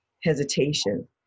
hesitation